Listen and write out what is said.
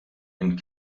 and